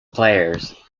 players